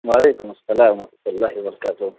وعلیکم السلام و رحمۃ اللہ و برکاتہ